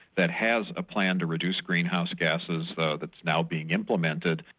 that has a plan to reduce greenhouse gases that's now being implemented,